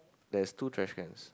there's two trashed cans